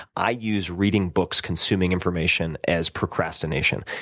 i use reading books, consuming information as procrastination,